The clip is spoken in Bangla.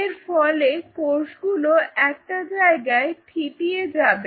এর ফলে কোষগুলো একটা জায়গায় থিতিয়ে যাবে